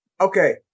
Okay